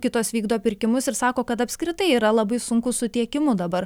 kitos vykdo pirkimus ir sako kad apskritai yra labai sunku su tiekimu dabar